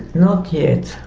not yet,